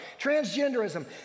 transgenderism